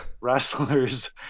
wrestlers